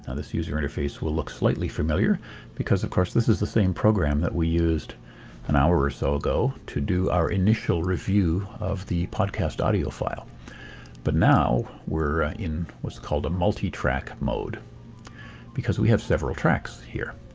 ah this user interface will look slightly familiar because, of course, this is the same program that we used an hour or so ago to do our initial review of the podcast audio file but now we're in what's called a multi-track mode because we have several tracks here.